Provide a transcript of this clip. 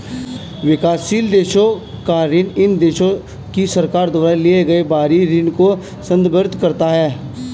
विकासशील देशों का ऋण इन देशों की सरकार द्वारा लिए गए बाहरी ऋण को संदर्भित करता है